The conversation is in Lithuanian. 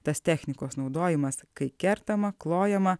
tas technikos naudojimas kai kertama klojama